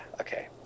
Okay